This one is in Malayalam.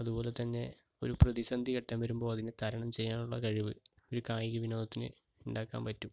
അതുപോലെ തന്നെ ഒരു പ്രതിസന്ധി ഘട്ടം വരുമ്പോൾ അതിനെ തരണം ചെയ്യാനുള്ള കഴിവ് ഒരു കായിക വിനോദത്തിന് ഉണ്ടാക്കാൻ പറ്റും